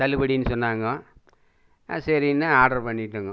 தள்ளுபடின்னு சொன்னாங்க சரின்னு ஆர்டர் பண்ணிட்டேங்கோ